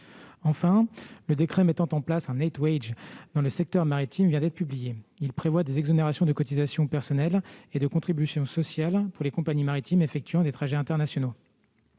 Enfin, le décret mettant en place un dans le secteur maritime vient d'être publié. Il prévoit des exonérations de cotisations personnelles et de contributions sociales pour les compagnies maritimes effectuant des trajets internationaux.